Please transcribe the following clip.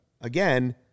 Again